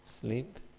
sleep